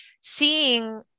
seeing